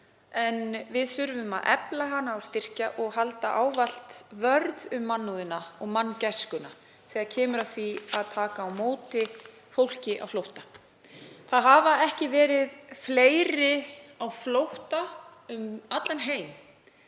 En við þurfum að efla og styrkja og standa ávallt vörð um mannúðina og manngæskuna þegar kemur að því að taka á móti fólki á flótta. Það hafa ekki verið fleiri á flótta um allan heim